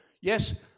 yes